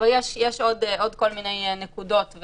אבל יש עוד כל מיני נקודות,